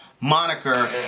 moniker